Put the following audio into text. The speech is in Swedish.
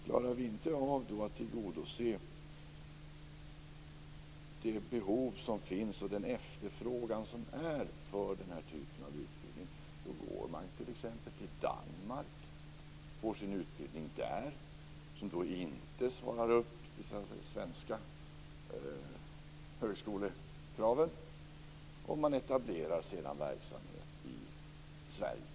Klarar vi inte av att tillgodose de behov och den efterfrågan som finns för den här typen av utbildning då går man t.ex. till Danmark och får sin utbildning där. Den svarar inte upp mot de svenska högskolekraven. Man etablerar sedan verksamhet i Sverige.